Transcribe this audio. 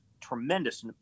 tremendous